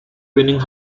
winning